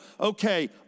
okay